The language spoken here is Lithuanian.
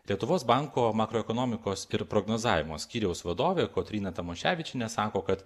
lietuvos banko makroekonomikos ir prognozavimo skyriaus vadovė kotryna tamoševičienė sako kad